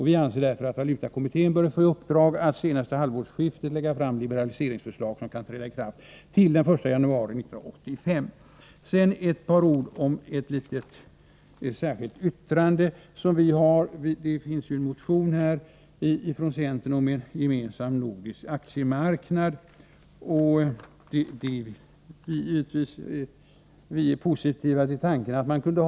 Vi anser således att valutakommittén bör få i uppdrag att senast vid halvårsskiftet lägga fram liberaliseringsförslag så att den nya lagen kan träda i kraft till den 1 januari 1985. Sedan ett par ord om ett särskilt yttrande av mig och några andra moderater. Det finns ju en motion i detta sammanhang från centern om en gemensam nordisk aktiemarknad. Givetvis är vi positivt inställda till tanken på en sådan.